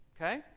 Okay